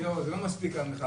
לא צריך לשכוח את זה,